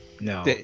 No